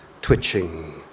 twitching